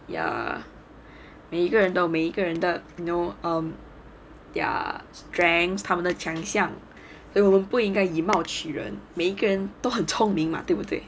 ya 每一个人到每个人的 you know um ya strengths 他们的强项 then 我们不应该以貌取人每一根都很聪明嘛对不对